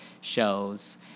shows